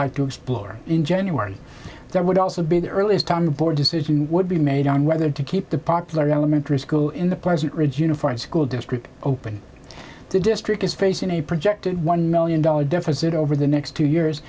like to explore in january there would also be the earliest time the board decision would be made on whether to keep the popular elementary school in the pleasant ridge unified school district open the district is facing a projected one million dollar deficit over the next two years